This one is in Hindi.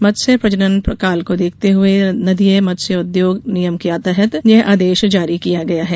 मत्स्य प्रजजन काल को देखते हुए नदीय मत्स्योद्योग नियम के तहत यह आदेश जारी किया गया है